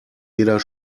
jeder